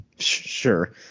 sure